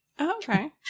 Okay